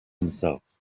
himself